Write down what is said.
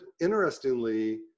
interestingly